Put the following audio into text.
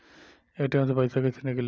ATM से पैसा कैसे नीकली?